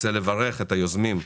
רוצה לברך את היוזמים,